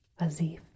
Azif